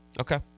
Okay